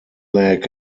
leg